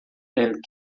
and